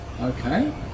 Okay